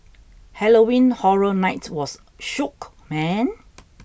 Halloween Horror Night was shook man